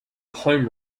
home